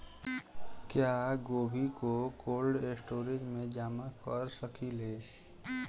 क्या गोभी को कोल्ड स्टोरेज में जमा कर सकिले?